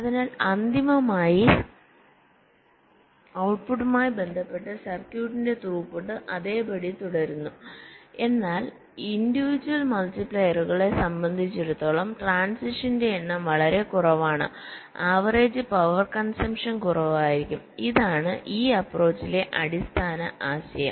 അതിനാൽ അന്തിമ ഔട്ട്പുട്ടുമായി ബന്ധപ്പെട്ട് സർക്യൂട്ടിന്റെ ത്രൂപുട്ട് അതേപടി തുടരുന്നു എന്നാൽ ഇൻഡിവിജുവൽ മൾട്ടിപ്ലയറുകളെ സംബന്ധിച്ചിടത്തോളം ട്രാന്സിഷൻസിന്റെ എണ്ണം വളരെ കുറവാണ് ആവറേജ് പവർ കൺസംപ്ഷൻ കുറവായിരിക്കും ഇതാണ് ഈ അപ്പ്രോച്ചിലെ അടിസ്ഥാന ആശയം